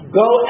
go